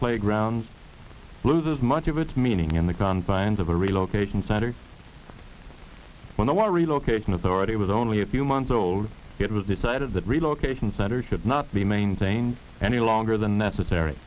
playgrounds loses much of its meaning in the confines of a relocation center when i want relocation authority was only a few months old it was decided that relocation centers should not be maintained any longer than necessary